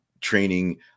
training